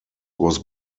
was